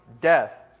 death